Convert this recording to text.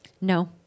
No